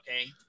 okay